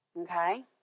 Okay